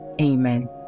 Amen